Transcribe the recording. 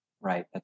Right